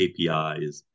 KPIs